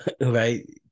right